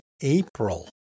April